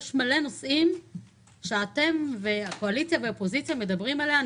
יש המון נושאים שאנשי הקואליציה והאופוזיציה מדברים עליהם.